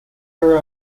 were